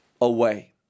away